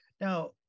now